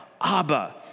Abba